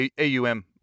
AUM